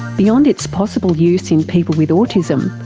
beyond its possible use in people with autism,